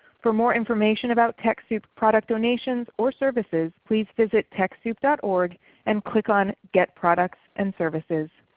for more information about techsoup's product donations or services, please visit techsoup dot org and click on get products and services.